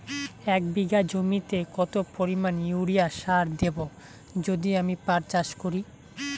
এক বিঘা জমিতে কত পরিমান ইউরিয়া সার দেব যদি আমি পাট চাষ করি?